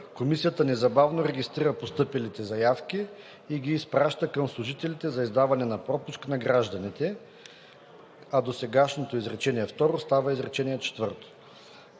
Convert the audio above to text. Комисията незабавно регистрира постъпилите заявки и ги изпраща към служителите за издаване на пропуск на гражданите.“, а досегашното изречение второ става изречение четвърто.